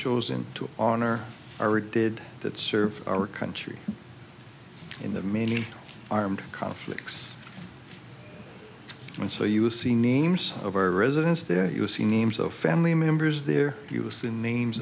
chosen to honor or did that serve our country in the many armed conflicts and so you will see names of our residents there you'll see names of family members there you assume names